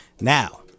Now